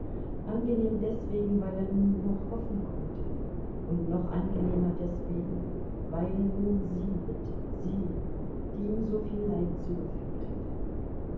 angenehm deswegen weil er nun noch hoffen konnte und noch angenehmer deswegen weil nun sie litt sie die ihm so viel leid zugefügt hatte